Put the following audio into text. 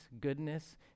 goodness